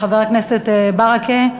חבר הכנסת ברכה,